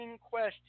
Question